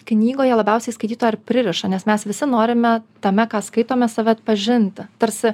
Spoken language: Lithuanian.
knygoje labiausiai skaitytoją ir pririša nes mes visi norime tame ką skaitome save atpažinti tarsi